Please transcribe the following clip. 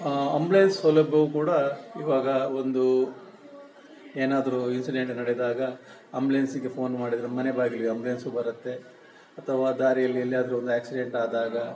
ambulance ಸೌಲಭ್ಯವು ಕೂಡ ಇವಾಗ ಒಂದು ಏನಾದರೂ ಇನ್ಸಿಡೆಂಟ್ ನಡೆದಾಗ ಅಂಬ್ಲೆನ್ಸ್ಗೆ ಫೋನ್ ಮಾಡಿದರೆ ಮನೆ ಬಾಗಿಲಿಗೆ ಅಂಬ್ಲೆನ್ಸು ಬರುತ್ತೆ ಅಥವಾ ದಾರಿಯಲ್ಲಿ ಎಲ್ಲಿಯಾದರೂ ಒಂದು ಆಕ್ಸಿಡೆಂಟ್ ಆದಾಗ